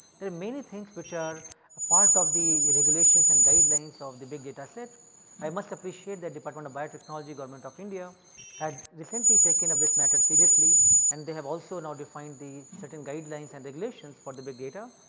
there are many things which are ah part of the the regulations and guidelines of the big dataset. i must appreciate that department of biotechnology government of india has recently taken of this matter seriously and they have also not defined the certain guidelines and regulations for the big data.